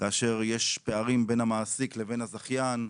כאשר יש פערים בין המעסיק לבין הזכיין.